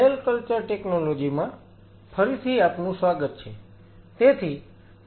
cell culture technology માં ફરીથી આપનું સ્વાગત છે